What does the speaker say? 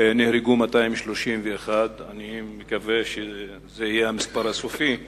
נהרגו 231, אני מקווה שזה יהיה המספר הסופי,